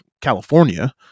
California